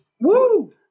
Woo